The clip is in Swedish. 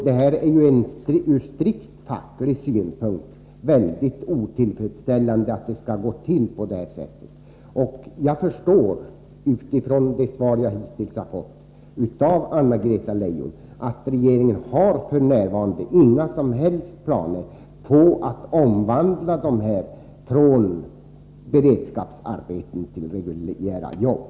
Det är ur strikt facklig synpunkt mycket otillfredsställande att det skall gå till på det här sättet. Jag förstår av de svar jag hittills har fått av Anna-Greta Leijon att regeringen f.n. inte har några som helst planer på att omvandla dessa anställningar från beredskapsarbeten till reguljära jobb.